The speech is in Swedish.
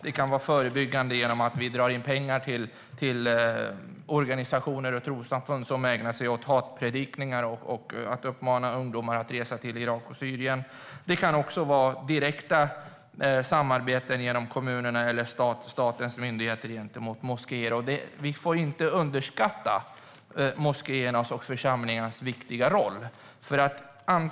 Det kan vara förebyggande genom att vi drar in pengar till organisationer och trossamfund som ägnar sig åt hatpredikningar och åt att uppmana ungdomar att resa till Irak och Syrien. Det kan också vara direkta samarbeten genom kommunerna eller statens myndigheter gentemot moskéer. Vi får inte underskatta moskéernas och församlingarnas viktiga roll.